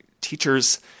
teachers